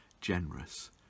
generous